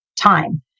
time